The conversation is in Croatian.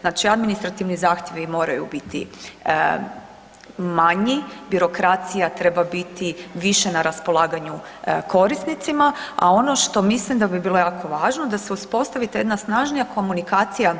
Znači administrativni zahtjevi moraju biti manji, birokracija treba biti više na raspolaganju korisnicima, a ono što mislim da bi bilo jako važno da se uspostavi ta jedna snažnija komunikacija